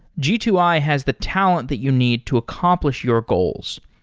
g two i has the talent that you need to accomplish your goals.